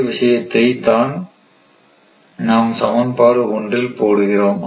அதே விஷயத்தை தான் நாம் சமன்பாடு ஒன்றில் போடுகிறோம்